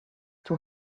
two